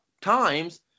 times